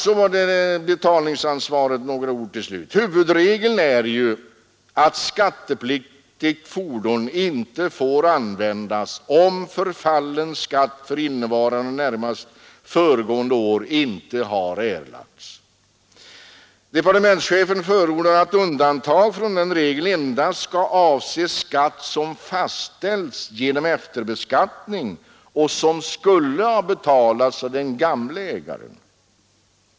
Så till slut några ord om betalningsansvaret. Huvudregeln är ju att skattepliktigt fordon inte får användas om förfallen skatt för innevarande och närmast föregående år inte har erlagts. Departementschefen förordar att undantag från den regeln endast skall avse skatt som fastställts genom efterbeskattning och som skulle ha betalats av den gamle ägaren.